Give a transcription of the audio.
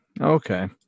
okay